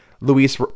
Luis